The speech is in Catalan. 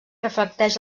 reflecteix